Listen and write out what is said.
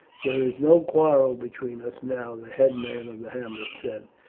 there is no quarrel between us now, the headman of the hamlet said.